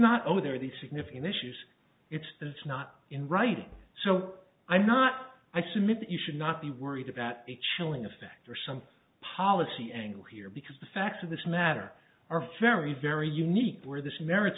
not oh they're the significant issues it's that it's not in writing so i'm not i submit that you should not be worried about a chilling effect or some policy angle here because the facts of this matter are very very unique where this m